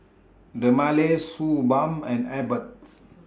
Dermale Suu Balm and Abbott's